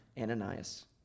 Ananias